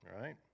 right